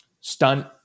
stunt